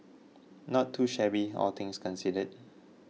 not too shabby all things considered